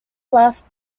left